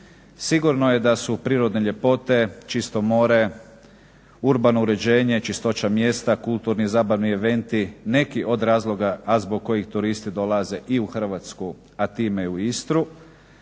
Sigurno je da su prirodne ljepote, čisto more, urbano uređenje i čistoća mjesta, kulturni i zabavni inventi neki od razloga, a zbog kojih turisti dolaze i u Hrvatsku a time i u Istru.